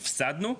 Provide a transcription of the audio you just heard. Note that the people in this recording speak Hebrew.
הפסדנו,